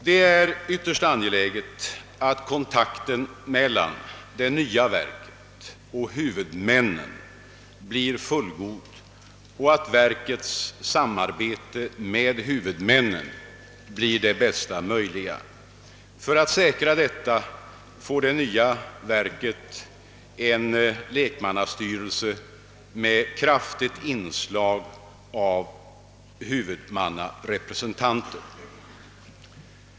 Det är ytterst angeläget att kontakten mellan det nya verket och huvudmännen blir fullgod och att verkets samarbete med huvudmännen blir det bästa möjliga. För att säkra detta får det nya verket en lekmannastyrelse med kraftigt inslag av huvudmannarepresentanter.